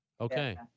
Okay